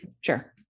sure